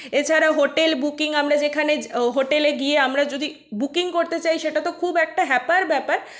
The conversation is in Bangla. এছাড়া হোটেল বুকিং আমরা যেখানে হোটেলে গিয়ে আমরা যদি বুকিং করতে চাই সেটা তো খুব একটা হ্যাপার ব্যাপার